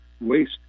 waste